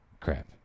crap